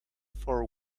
for